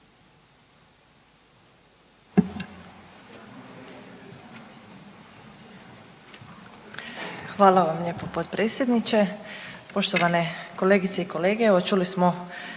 Hvala vam lijepo potpredsjedniče. Poštovane kolegice i kolege, evo čuli smo